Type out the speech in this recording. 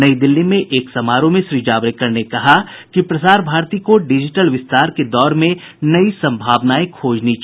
नई दिल्ली में आयोजित एक समारोह में श्री जावड़ेकर ने कहा कि प्रसार भारती को डिजिटल विस्तार के दौर में नई संभावनाएं खोजनी चाहिए